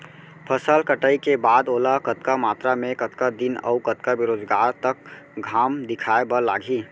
फसल कटाई के बाद ओला कतका मात्रा मे, कतका दिन अऊ कतका बेरोजगार तक घाम दिखाए बर लागही?